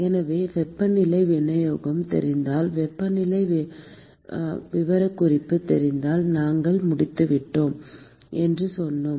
எனவே வெப்பநிலை விநியோகம் தெரிந்தால் வெப்பநிலை விவரக்குறிப்பு தெரிந்தால் நாம் முடித்துவிட்டோம் என்று சொன்னோம்